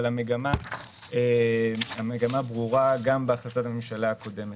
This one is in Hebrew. אבל המגמה ברורה גם בהחלטת הממשלה הקודמת.